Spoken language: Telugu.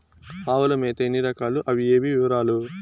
ఆవుల మేత ఎన్ని రకాలు? అవి ఏవి? వివరాలు?